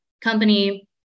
company